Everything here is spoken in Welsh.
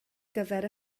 gyfer